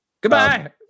Goodbye